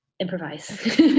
improvise